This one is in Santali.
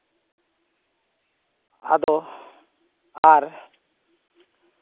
ᱟᱫᱚ ᱟᱨ